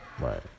right